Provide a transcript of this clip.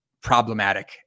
problematic